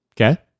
okay